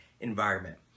environment